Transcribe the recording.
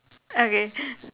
okay